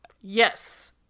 Yes